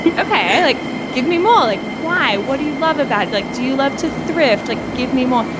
and ok. like give me more like why what do you love about. like do you love to thrift. like give me more.